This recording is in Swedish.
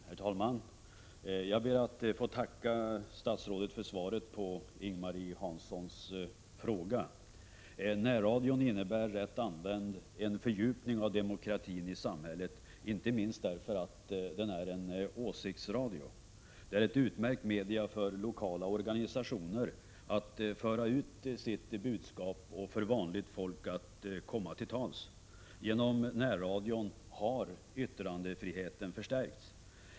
Herr talman! Jag ber att få tacka statsrådet för svaret på Ing-Marie Hanssons fråga. Närradion innebär, rätt använd, en fördjupning av demokratin i samhället, inte minst därför att den är en åsiktsradio. Närradion är ett utmärkt medium för lokala organisationer att föra ut sitt budskap och för vanligt folk att komma till tals. Genom närradion har yttrandefriheten förstärkts.